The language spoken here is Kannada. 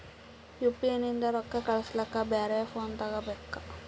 ಯು.ಪಿ.ಐ ನಿಂದ ರೊಕ್ಕ ಕಳಸ್ಲಕ ಬ್ಯಾರೆ ಫೋನ ತೋಗೊಬೇಕ?